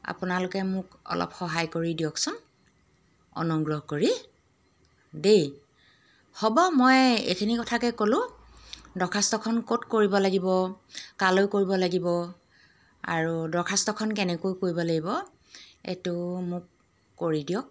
আপোনালোকে মোক অলপ সহায় কৰি দিয়কচোন অনুগ্ৰহ কৰি দেই হ'ব মই এইখিনি কথাকে ক'লোঁ দৰখাস্তখন ক'ত কৰিব লাগিব কালৈ কৰিব লাগিব আৰু দৰখাস্তখন কেনেকৈ কৰিব লাগিব এইটো মোক কৰি দিয়ক